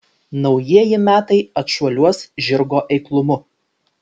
naujieji metai atšuoliuos žirgo eiklumu